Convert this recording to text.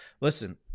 Listen